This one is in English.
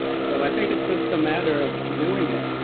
so i think it's just a matter of doing it